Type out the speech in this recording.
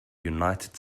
united